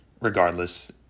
regardless